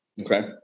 Okay